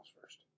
first